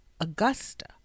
Augusta